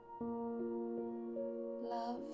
Love